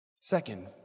Second